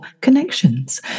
connections